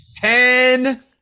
ten